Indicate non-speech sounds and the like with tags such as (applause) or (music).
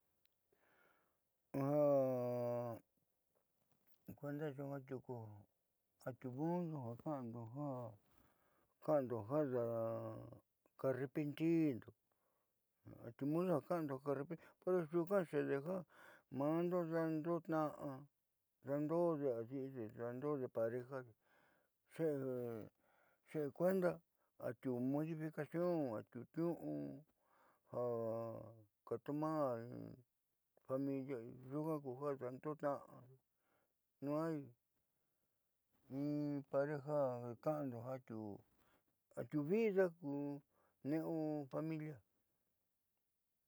Ja kuenda nyuuka tiuku atiu (hesitation) udo ja ka'ando ka'ando ja arrepentindo nyuuka xede ja dando'ode adiide dando'ode parejade xeekueenda atiuu modificación atiuu niuu ja ka tomar familia nyuukaai ja daando'onia no in pareja ja ka'ando atiu vida ne'u familia.